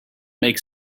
make